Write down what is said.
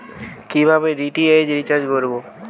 কিভাবে DTH recharge করব?